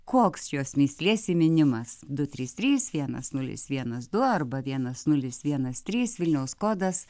koks šios mįslės įminimas du trys trys vienas nulis vienas du arba vienas nulis vienas trys vilniaus kodas